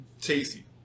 tasty